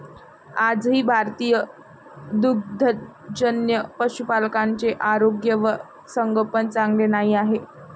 आजही भारतीय दुग्धजन्य पशुपालकांचे आरोग्य व संगोपन चांगले नाही आहे